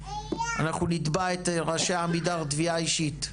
אנחנו נתבע את ראשי עמידר תביעה אישית,